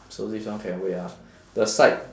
so this one can wait ah the psych